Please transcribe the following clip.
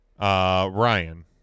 ryan